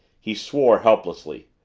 he swore helplessly,